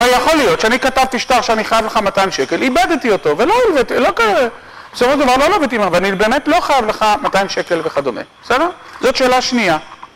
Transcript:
יכול להיות שאני כתבתי שטר שאני חייב לך 200 שקל, איבדתי אותו, ולא הלוויתי, לא... בסופו של דבר לא הלוויתי ממך, ואני באמת לא חייב לך 200 שקל וכדומה, בסדר? זאת שאלה שנייה